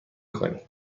کنی